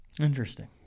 interesting